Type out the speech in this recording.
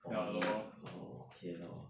orh ya orh okay lor